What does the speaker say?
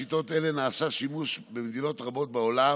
בשיטות אלה נעשה שימוש במדינות רבות בעולם,